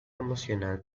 emocional